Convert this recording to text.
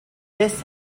this